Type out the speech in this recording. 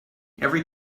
every